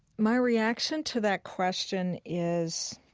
my reaction to that question is